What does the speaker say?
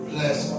Bless